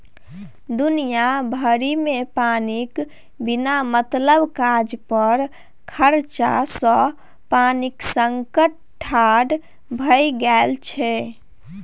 दुनिया भरिमे पानिक बिना मतलब काज पर खरचा सँ पानिक संकट ठाढ़ भए गेल छै